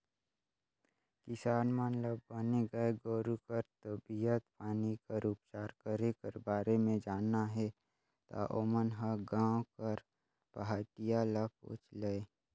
किसान मन ल बने गाय गोरु कर तबीयत पानी कर उपचार करे कर बारे म जानना हे ता ओमन ह गांव कर पहाटिया ल पूछ लय